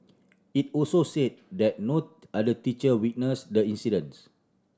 it also said that no other teacher witnessed the incidents